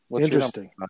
Interesting